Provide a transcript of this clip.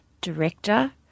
director